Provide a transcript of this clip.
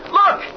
look